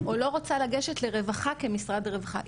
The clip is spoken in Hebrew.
או לא רוצה לגשת לרווחה כמשרד רווחה.